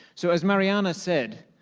so as marianna said,